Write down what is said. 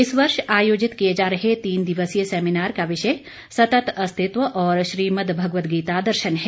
इस वर्ष आयोजित किए जा रहे तीन दिवसीय सैमीनार का विषय सतत अस्तित्व और श्रीमद भगवद गीता दर्शन है